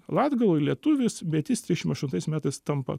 latgaloj lietuvis bet jis trisdešimt aštuntais metais tampa